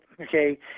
okay